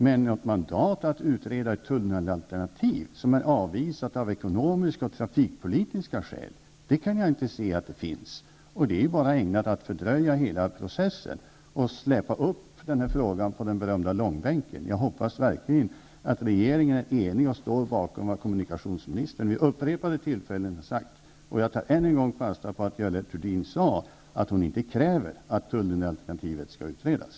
Men något mandat att utreda ett tunnelalternativ, som är avvisat av ekonomiska och trafikpolitiska skäl, kan jag inte se att det finns. Ett sådant utredande är ju bara ägnat att fördröja hela processen och släpa upp frågan på den beryktade långbänken. Jag hoppas verkligen att regeringen är enig och står bakom vad kommunikationsministern vid upprepade tillfällen har sagt, och jag tar än en gång fasta på att Görel Thurdin sade att hon inte kräver att tunnelalternativet skall utredas.